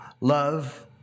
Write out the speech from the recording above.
love